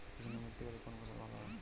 কৃষ্ণ মৃত্তিকা তে কোন ফসল ভালো হয়?